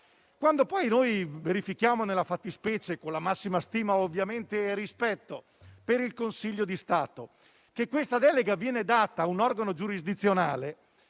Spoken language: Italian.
Quando poi verifichiamo nella fattispecie, con la massima stima e rispetto per il Consiglio di Stato, che questa delega viene data ad un organo giurisdizionale,